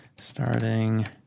Starting